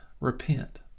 Repent